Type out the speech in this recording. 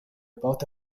porte